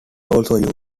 also